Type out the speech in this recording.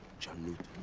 john newton.